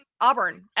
Auburn